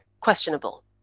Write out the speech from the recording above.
questionable